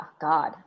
God